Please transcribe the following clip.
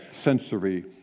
sensory